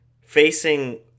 facing